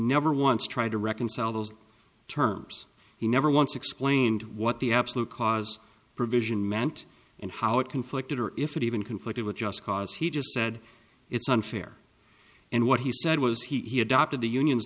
tried to reconcile those terms he never once explained what the absolute cause provision meant and how it conflicted or if it even conflicted with just cause he just said it's unfair and what he said was he adopted the union